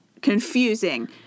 Confusing